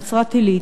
נצרת-עילית,